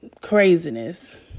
craziness